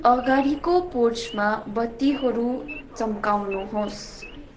अगाडिको पोर्चमा बत्तीहरू चम्काउनुहोस्